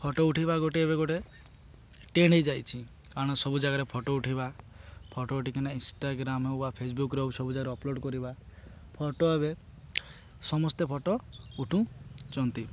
photo ଉଠାଇବା ଗୋଟେ ଏବେ ଗୋଟେ ଟ୍ରେଣ୍ଡ୍ ହେଇ ଯାଇଛି କାରଣ ସବୁ ଜାଗାରେ ଫଟୋ ଉଠାଇବା ଫଟୋ ଉଠାଇକି ନା ଇନଷ୍ଟାଗ୍ରାମ୍ ହେଉ ବା ଫେସବୁକ୍ରେ ହେଉ ସବୁ ଜାଗାରେ ଅପଲୋଡ଼୍ କରିବା ଫଟୋ ଏବେ ସମସ୍ତେ ଫଟୋ ଉଠାଉଛନ୍ତି